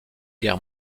guerre